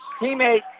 teammate